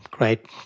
Great